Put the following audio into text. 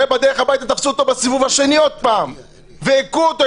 בדרך הביתה תפסו אותו בסיבוב השני עוד פעם והיכו אותו,